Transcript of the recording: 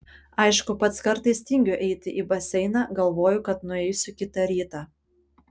aišku pats kartais tingiu eiti į baseiną galvoju kad nueisiu kitą rytą